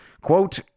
Quote